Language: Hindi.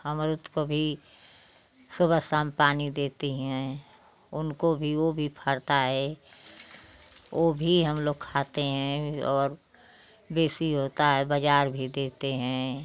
अमरूद काे भी सुबह शाम पानी देती हैं उनको भी वो भी फलता है वो भी हम लोग खाते हैं और बेसी होता है बाज़ार भी देते हैं